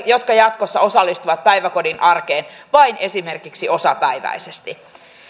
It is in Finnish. jotka jatkossa osallistuvat päiväkodin arkeen esimerkiksi vain osapäiväisesti